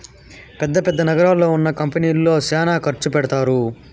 పెద్ద పెద్ద నగరాల్లో ఉన్న కంపెనీల్లో శ్యానా ఖర్చు పెడతారు